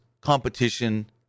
competition